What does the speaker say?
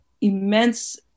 immense